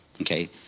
okay